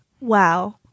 wow